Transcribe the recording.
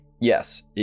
yes